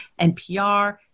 NPR